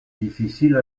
difficile